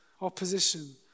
opposition